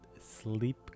sleep